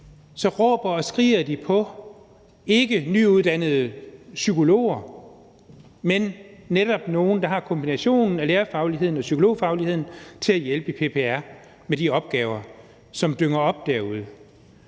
råber og skriger de på, ikke nyuddannede psykologer, men netop på nogle, der har kombinationen af lærerfagligheden og psykologfagligheden, til at hjælpe i PPR med de opgaver, som dynger sig op derude.